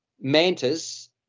Mantis